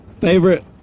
Favorite